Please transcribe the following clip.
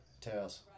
Tails